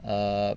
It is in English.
uh